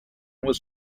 was